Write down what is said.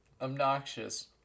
obnoxious